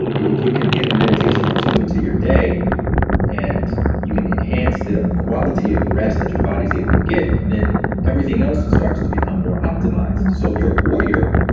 if you can get a meditation or two into your day and you can enhance the quality of rest that your body is able to get, then everything else starts to become more optimized. if so you're a warrior,